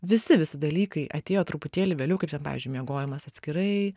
visi visi dalykai atėjo truputėlį vėliau kaip ten pavyzdžiui miegojimas atskirai